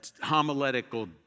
homiletical